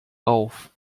auf